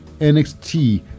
NXT